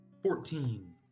Fourteen